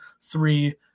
three